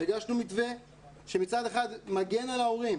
ו‏הגשנו מתווה שמצד אחד מגן על ההורים,